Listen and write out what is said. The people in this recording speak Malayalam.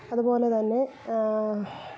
അതുപോലെ തന്നെ